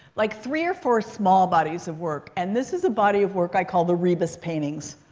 like three or four small bodies of work. and this is a body of work i call the rebus paintings.